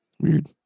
weird